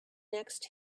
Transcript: next